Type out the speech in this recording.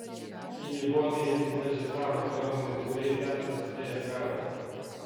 į livoniją įsiveržę caro kariuomenės būriai ten prasidėjęs karas